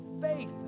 faith